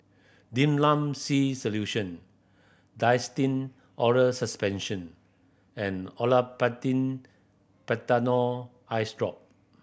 Dimlam C Solution Nystin Oral Suspension and Olapatin Patanol Eyesdrop